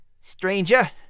stranger